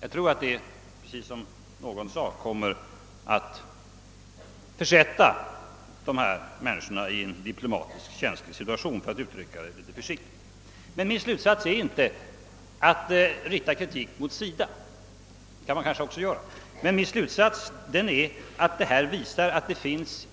Jag tror att detta, precis såsom någon talare sade, kommer att försätta Sverige i en diplomatiskt känslig situation, för att uttrycka sig litet försiktigt. Min mening är dock inte att rikta kritik mot SIDA, vilket man kanske också skulle kunna göra, utan att visa att det finns